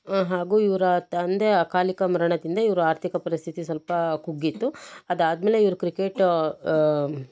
ಹಾಗೂ ಇವರ ತಂದೆ ಅಕಾಲಿಕ ಮರಣದಿಂದ ಇವ್ರು ಆರ್ಥಿಕ ಪರಿಸ್ಥಿತಿ ಸ್ವಲ್ಪ ಕುಗ್ಗಿತ್ತು ಅದಾದ್ಮೇಲೆ ಇವರು ಕ್ರಿಕೆಟ್